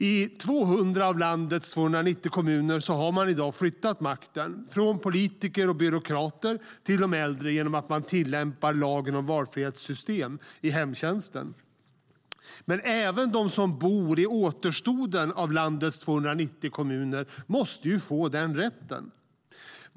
I 200 av landets 290 kommuner har man i dag flyttat makten från politiker och byråkrater till de äldre genom att man tillämpar lagen om valfrihetssystem i hemtjänsten. Men även de som bor i återstoden av landets 290 kommuner måste få den rätten.